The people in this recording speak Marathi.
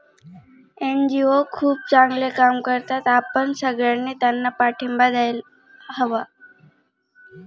एन.जी.ओ खूप चांगले काम करतात, आपण सगळ्यांनी त्यांना पाठिंबा द्यायला हवा